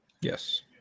Yes